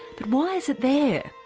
but why is it there?